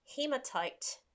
hematite